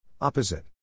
Opposite